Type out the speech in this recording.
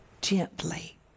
gently